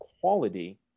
quality